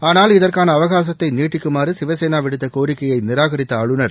ஆனால் இதற்கான அவனசத்தை நீட்டிக்குமாறு சிவசேனா விடுத்த கோரிக்கையை நிராகரித்த ஆளுநர்